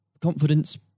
confidence